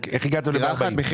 איך הגעתם לזה?